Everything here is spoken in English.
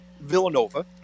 villanova